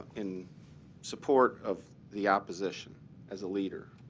in support of the opposition as a leader?